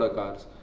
cars